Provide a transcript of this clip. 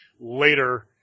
later